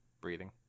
Breathing